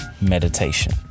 meditation